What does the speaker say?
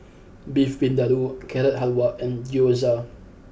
Beef Vindaloo Carrot Halwa and Gyoza